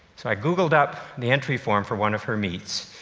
so i googled up the entry form for one of her meets,